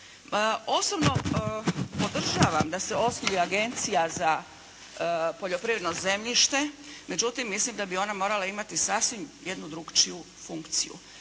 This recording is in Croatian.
Osobno podržavam da se osnuje agencija za poljoprivredno zemljište, međutim mislim da bi ona morala imati sasvim jednu drukčiju funkciju.